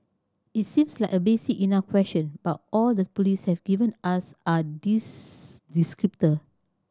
it seems like a basic enough question but all the police have given us are these descriptors